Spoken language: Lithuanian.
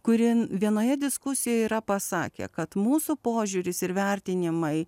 kuri vienoje diskusijoje yra pasakę kad mūsų požiūris ir vertinimai